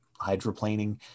hydroplaning